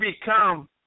become